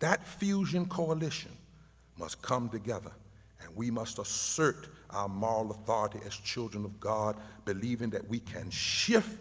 that fusion coalition must come together and we must assert our moral authority as children of god believing that we can shift